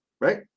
right